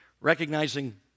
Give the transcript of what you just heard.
recognizing